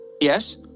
Yes